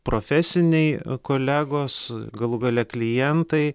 profesiniai kolegos galų gale klientai